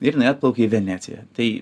ir jinai atplaukė į veneciją tai